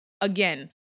again